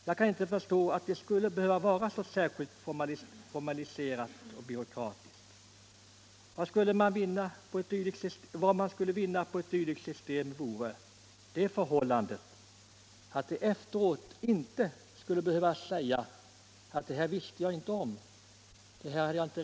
Jag kan inte förstå att det skulle behöva vara så särskilt formaliserat och byråkratiskt. Vad man skulle vinna på ett dylikt system vore att vederbörande efteråt inte skulle behöva säga att de inte visste om det här förhållandet.